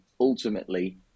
ultimately